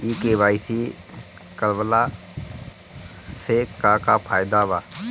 KYC करवला से का का फायदा बा?